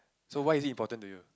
so why is it important to you